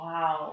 Wow